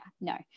no